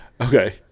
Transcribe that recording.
Okay